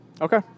Okay